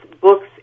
books